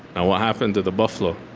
and what happened to the buffalo?